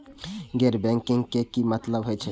गैर बैंकिंग के की मतलब हे छे?